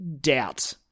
doubt